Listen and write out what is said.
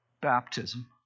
baptism